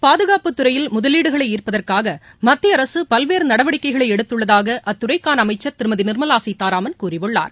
பாதுகாப்புத் துறையில் முதலீடுகளை ஈர்ப்பதற்காக மத்திய அரசு பல்வேறு நடவடிக்கைகளை எடுத்துள்ளதாக அத்துறைக்கான அமைச்சர் திருமதி நிர்மலா சீதாராமன் கூறியுள்ளார்